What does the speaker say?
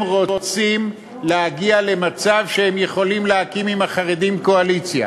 הם רוצים להגיע למצב שהם יכולים להקים עם החרדים קואליציה,